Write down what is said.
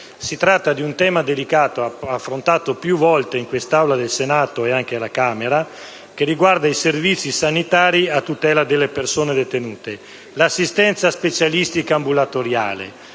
Si tratta di un tema delicato, affrontato più volte in quest'Aula del Senato, e anche alla Camera, riguardante i servizi sanitari a tutela delle persone detenute: l'assistenza specialistica ambulatoriale,